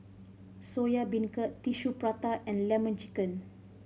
Soya Beancurd Tissue Prata and Lemon Chicken